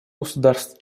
государств